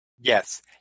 Yes